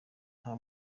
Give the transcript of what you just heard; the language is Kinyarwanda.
nta